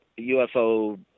UFO